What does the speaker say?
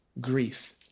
grief